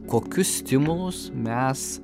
kokius stimulus mes